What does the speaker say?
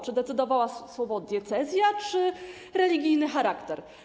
Czy decydowało słowo „diecezja” czy religijny charakter?